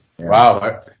Wow